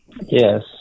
yes